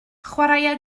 chwaraea